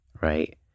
Right